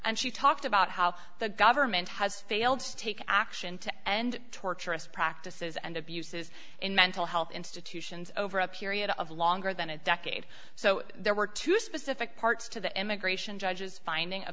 and she talked about how the government has failed to take action to end torture us practices and abuses in mental health institutions over a period of longer than a decade so there were two specific parts to the immigration judges finding